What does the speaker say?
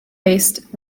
based